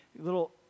little